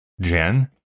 Jen